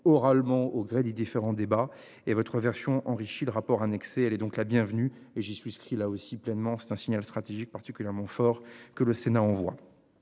oralement au gré des différents débats et votre version enrichie le rapport annexé. Elle est donc la bienvenue et j'ai su ce qui là aussi pleinement. C'est un signal stratégique particulièrement fort que le Sénat envoie.